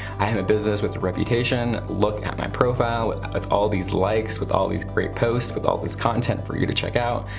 i'm a business with the reputation, look at my profile, with all these likes, with all these great posts, with all this content for you to check out.